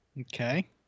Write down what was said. Okay